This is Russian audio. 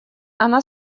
она